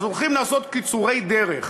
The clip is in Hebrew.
אז הולכים לעשות קיצורי דרך.